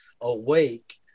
awake